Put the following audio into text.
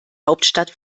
hauptstadt